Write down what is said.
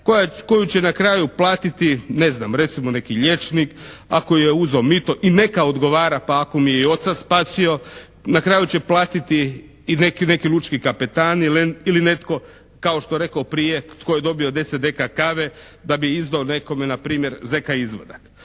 koju će na kraju platiti ne znam recimo neki liječnik, a koji je uzeo mito i neka odgovara pa ako mi je i oca spasio. Na kraju će platiti i neki lučki kapetani ili netko kao što rekoh prije tko je dobio 10 dkg kave da bi izdao nekome npr. ZK izvadak.